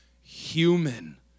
human